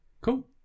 Cool